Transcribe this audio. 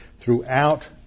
throughout